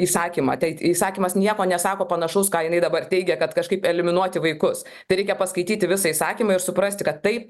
įsakymą tai įsakymas nieko nesako panašaus ką jinai dabar teigia kad kažkaip eliminuoti vaikus tereikia paskaityti visą įsakymą ir suprasti kad taip